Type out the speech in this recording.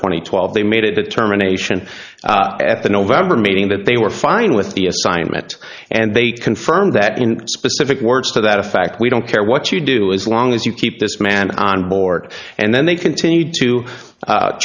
and twelve they made it determination at the november meeting that they were fine with the assignment and they confirmed that in specific words to that effect we don't care what you do as long as you keep this man on board and then they continued to